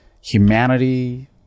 humanity